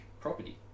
property